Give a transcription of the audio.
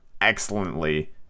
excellently